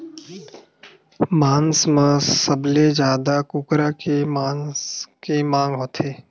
मांस म सबले जादा कुकरा के मांस के मांग होथे